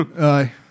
Aye